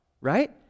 right